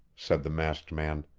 said the masked man.